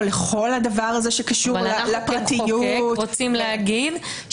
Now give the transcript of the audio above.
לכל הדבר הזה שקשור לפרטיות- -- אנחנו המחוקקים רוצים לומר: